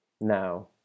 now